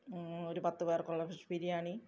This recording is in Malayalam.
ഒരു പത്തു പേർക്കുള്ള ഫിഷ് ബിരിയാണി